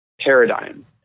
paradigm